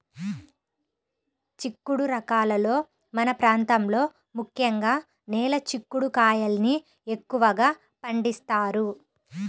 చిక్కుడు రకాలలో మన ప్రాంతంలో ముఖ్యంగా నేల చిక్కుడు కాయల్ని ఎక్కువగా పండిస్తారు